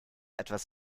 etwas